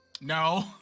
No